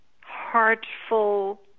heartful